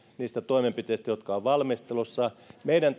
niistä toimenpiteistä jotka ovat valmistelussa meidän